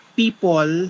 people